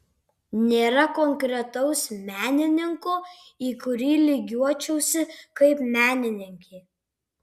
nėra konkretaus menininko į kurį lygiuočiausi kaip menininkė